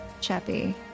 Chappie